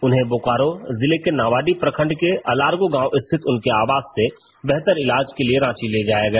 उन्हें बोकारो जिले के नावाडीह प्रखंड के अलारगो गांव स्थित उनके आवास से बेहतर इलाज के लिए रांची ले जाया गया